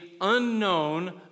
unknown